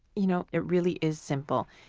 you know it really is simple.